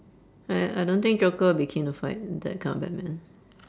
I I don't think joker would be keen to fight that kind of batman